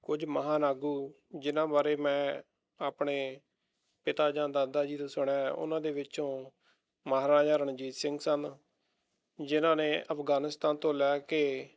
ਕੁਝ ਮਹਾਨ ਆਗੂ ਜਿਨ੍ਹਾਂ ਬਾਰੇ ਮੈਂ ਆਪਣੇ ਪਿਤਾ ਜਾਂ ਦਾਦਾ ਜੀ ਤੋਂ ਸੁਣਿਆ ਹੈ ਉਹਨਾਂ ਦੇ ਵਿੱਚੋਂ ਮਹਾਰਾਜਾ ਰਣਜੀਤ ਸਿੰਘ ਸਨ ਜਿਹਨਾਂ ਨੇ ਅਫ਼ਗਾਨੀਸਥਾਨ ਤੋਂ ਲੈ ਕੇ